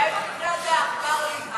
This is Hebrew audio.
אולי במקרה הזה העכבר הוליד הר.